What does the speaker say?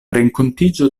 renkontiĝo